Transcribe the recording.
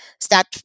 start